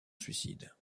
suicide